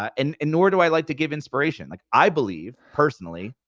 um and and nor do i like to give inspiration. like i believe, personally,